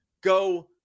go